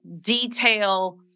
detail